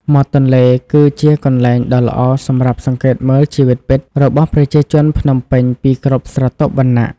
មាត់ទន្លេគឺជាកន្លែងដ៏ល្អសម្រាប់សង្កេតមើល "ជីវិតពិត" របស់ប្រជាជនភ្នំពេញពីគ្រប់ស្រទាប់វណ្ណៈ។